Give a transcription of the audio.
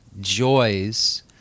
joys